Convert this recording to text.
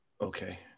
Okay